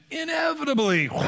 inevitably